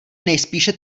nejspíše